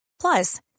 Plus